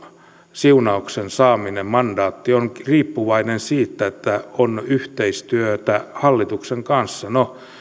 siunauksen saaminen mandaatti on riippuvainen siitä että on yhteistyötä hallituksen kanssa no